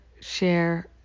share